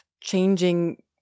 changing